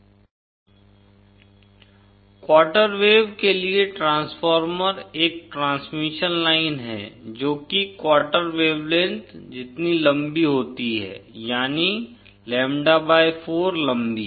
ZinZd4 Z02Zl Z0RLRG RGZ02RL quarter wave के लिए transformer एक ट्रांसमिशन लाइन है जो कि क्वार्टर वेवलेंथ जितनी लंबी होती है यानी लैम्ब्डा 4 लंबी